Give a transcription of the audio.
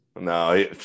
No